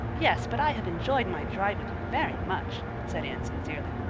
yes, but i have enjoyed my drive with you very much, said anne sincerely.